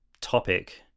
topic